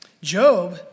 Job